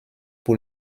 pour